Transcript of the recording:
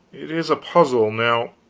it is a puzzle. now